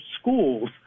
schools